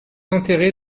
enterré